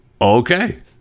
okay